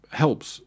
helps